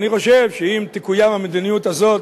אני חושב שאם תקוים המדיניות הזאת,